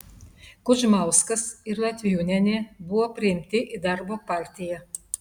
kudžmauskas ir latviūnienė buvo priimti į darbo partiją